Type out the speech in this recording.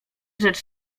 rzecz